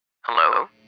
Hello